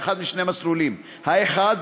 באחד משני מסלולים: האחד,